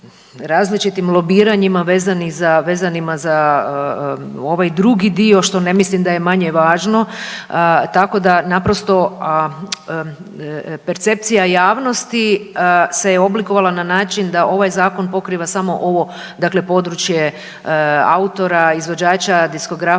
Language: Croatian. različitim lobiranjima vezanim za ovaj drugi dio što ne mislim da je manje važno, tako da naprosto percepcija javnosti se oblikovala na način da ovaj zakon pokriva samo ovo područje autora, izvođača, diskografa,